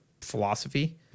philosophy